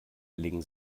legen